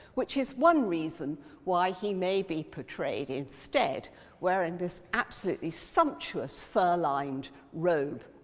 which is one reason why he may be portrayed instead wearing this absolutely sumptuous fur-lined robe.